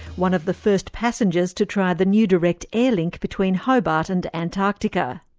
one of the first passengers to try the new direct airlink between hobart and antarctica.